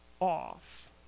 off